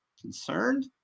concerned